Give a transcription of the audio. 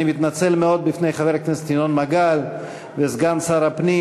אני מתנצל מאוד בפני חבר הכנסת ינון מגל וסגן שר הפנים,